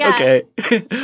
Okay